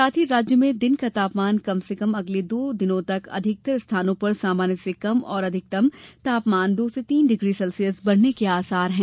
साथ ही राज्य में दिन का तापमान कम से कम अगले दो दिनों तक अधिकतर स्थानों पर सामान्य से कम और अधिकतम तापमान दो से तीन डिग्री सेल्सियस बढ़ने के आसार हैं